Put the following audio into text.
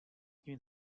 tím